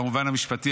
במובן המשפטי,